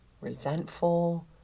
resentful